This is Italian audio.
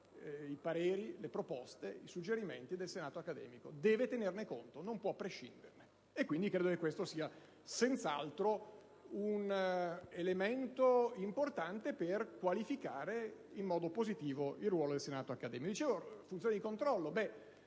i pareri, le proposte, i suggerimenti del senato accademico: deve tenerne conto, non può prescinderne. Credo che questo sia senz'altro un elemento importante per qualificare positivamente il ruolo del senato accademico.